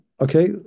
okay